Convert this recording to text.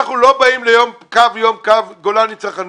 אנחנו לא באים לקו גולני וצנחנים.